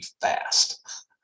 fast